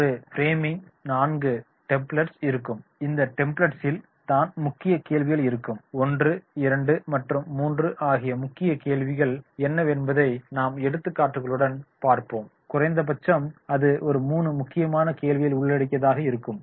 ஒரு ஃப்ரேமிங்கிற்கு 4 டெம்ப்ளட்ஸ் இருக்கும் இந்த டெம்ப்ளட்ஸில் தான் முக்கிய கேள்விகள் இருக்கும் 1 2 மற்றும் 3 ஆகிய முக்கிய கேள்விகள் என்னவென்பதை நாம் எடுத்துக்காட்டுகளுடன் பார்ப்போம் குறைந்தபட்சம் அது 3 முக்கியமான கேள்விகள் உள்ளடக்கியதாக இருக்கும்